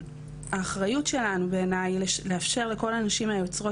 והאחריות שלנו בעיניי היא לאפשר לכל הנשים היוצרות